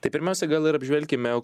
tai pirmiausia gal ir apžvelkime